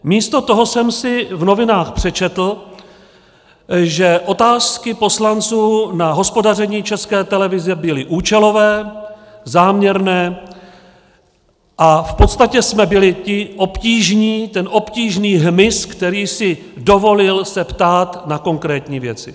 Místo toho jsem si v novinách přečetl, že otázky poslanců na hospodaření České televize byly účelové, záměrné a v podstatě jsme byli ti obtížní, ten obtížný hmyz, který si dovolil se ptát na konkrétní věci.